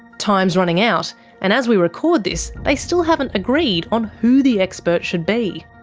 time's running out and as we record this, they still haven't agreed on who the expert should be.